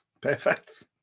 Perfect